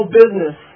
business